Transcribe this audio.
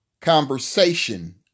Conversation